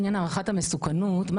להבין גם את מה שבית המשפט --- לא